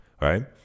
right